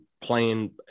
playing